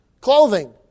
clothing